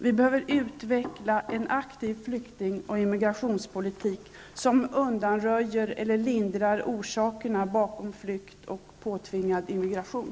Vi behöver utveckla en aktiv flyktingoch immigrationspolitik som undanröjer eller lindrar orsakerna till flykt och påtvingad immigration.